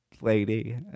lady